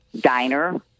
diner